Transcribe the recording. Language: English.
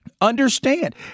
Understand